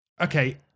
Okay